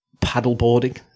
paddleboarding